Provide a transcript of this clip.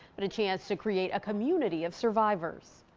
but a chance to create a community of survivors.